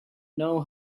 know